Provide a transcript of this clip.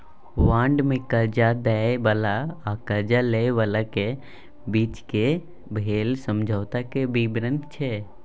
bond मे करजा दय बला आ करजा लय बलाक बीचक भेल समझौता केर बिबरण छै